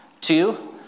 two